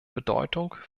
bedeutung